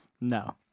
No